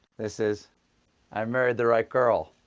this is i married the right girl.